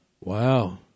Wow